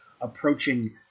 approaching